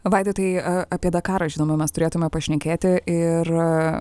vaidotai apie dakarą žinoma mes turėtume pašnekėti ir